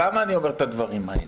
למה אני אומר את הדברים האלה?